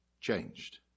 changed